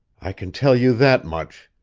i can tell you that much.